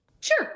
Sure